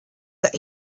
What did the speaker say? that